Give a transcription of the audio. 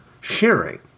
sharing